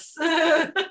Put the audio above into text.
yes